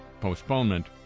postponement